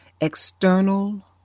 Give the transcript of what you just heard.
external